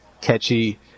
catchy